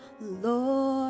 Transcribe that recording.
Lord